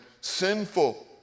sinful